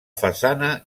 façana